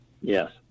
Yes